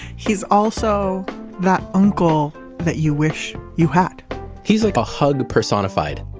he's also that uncle that you wish you had he's like a hug personified.